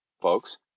folks